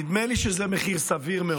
נדמה לי שזה מחיר סביר מאוד.